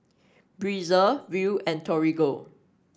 Breezer Viu and Torigo